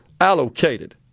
allocated